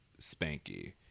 Spanky